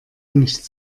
nicht